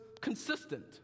consistent